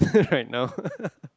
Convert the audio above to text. right now